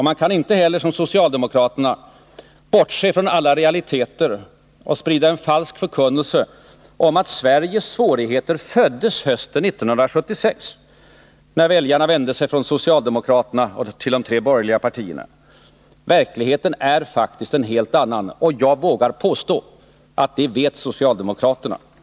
Man kan inte heller — som socialdemokraterna — bortse från alla realiteter och sprida en falsk förkunnelse om att Sveriges svårigheter föddes hösten 1976, när väljarna vände sig från socialdemokraterna och till de tre borgerliga partierna. Verkligheten är faktiskt en helt annan, och jag vågar påstå att socialdemokraterna vet detta.